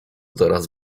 teraz